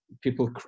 people